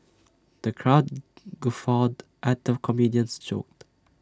the crowd guffawed at the comedian's jokes